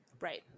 right